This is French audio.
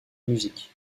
musique